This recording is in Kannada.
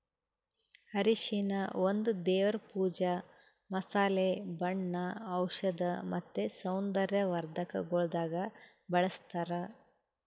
ಅರಿಶಿನ ಒಂದ್ ದೇವರ್ ಪೂಜಾ, ಮಸಾಲೆ, ಬಣ್ಣ, ಔಷಧ್ ಮತ್ತ ಸೌಂದರ್ಯ ವರ್ಧಕಗೊಳ್ದಾಗ್ ಬಳ್ಸತಾರ್